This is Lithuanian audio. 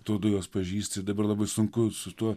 tuodu juos pažįsti dabar labai sunku su tuo